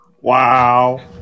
Wow